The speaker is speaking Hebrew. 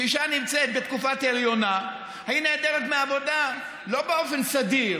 כשאישה נמצאת בתקופת הריונה היא נעדרת מהעבודה לא באופן סדיר